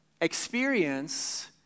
experience